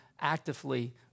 actively